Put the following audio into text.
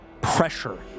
pressure